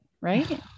right